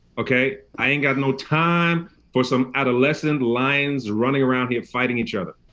okay. i ain't got no time for some adolescent lions running around here fighting each other.